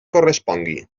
correspongui